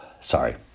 sorry